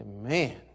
Man